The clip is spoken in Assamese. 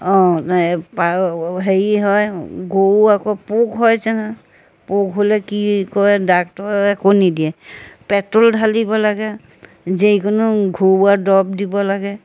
অঁ হেৰি হয় গৰুৰ আকৌ পোক হয় নহয় পোক হ'লে কি কয় ডাক্টৰে একো নিদিয়ে পেট্ৰল ঢালিব লাগে যিকোনো ঘৰুৱা দৰব দিব লাগে